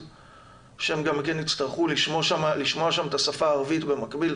שהם גם כן יצטרכו לשמוע שם את השפה הערבית במקביל.